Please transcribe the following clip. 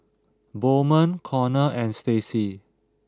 Bowman Conner and Stacey